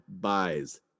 buys